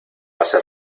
base